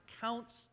counts